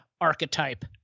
archetype